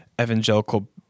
evangelical